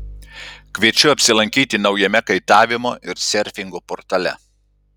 kviečiu apsilankyti naujame kaitavimo ir serfingo portale